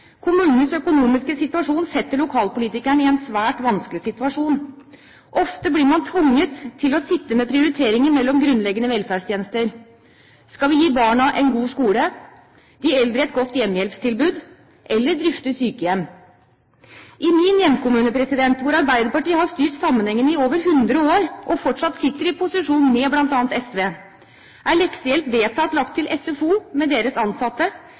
økonomiske situasjon setter lokalpolitikeren i en svært vanskelig situasjon. Ofte blir man tvunget til å sitte med prioriteringer mellom grunnleggende velferdstjenester. Skal vi gi barna en god skole, de eldre et godt hjemmehjelpstilbud eller drifte sykehjem? I min hjemkommune, hvor Arbeiderpartiet har styrt sammenhengende i over 100 år og fortsatt sitter i posisjon med bl.a. SV, er leksehjelp vedtatt lagt til SFO med deres ansatte,